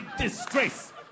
disgrace